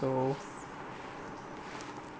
so